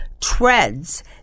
treads